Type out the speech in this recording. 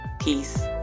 Peace